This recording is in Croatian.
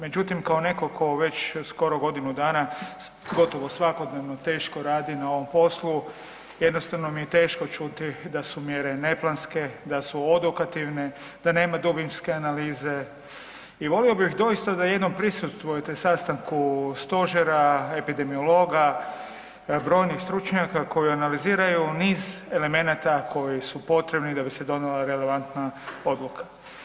Međutim, kao netko tko već skoro godinu dana gotovo svakodnevno teško radi na ovom poslu, jednostavno mi je teško čuti da su mjere neplanske, da su odokativne, da nema dubinske analize i volio bih doista da jedno prisustvujete sastanku Stožera, epidemiologa, brojnih stručnjaka koji analiziraju niz elemenata koji su potrebni da bi se donijela relevantna odluka.